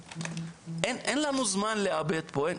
אין לנו זמן לאבד פה,